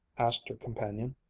asked her companion,